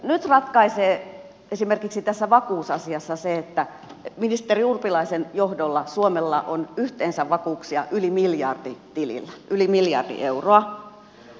nyt ratkaisee esimerkiksi tässä vakuusasiassa se että ministeri urpilaisen johdolla suomella on yhteensä vakuuksia yli miljardi tilillä yli miljardi euroa